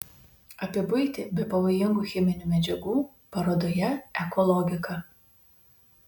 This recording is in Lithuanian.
apie buitį be pavojingų cheminių medžiagų parodoje eko logika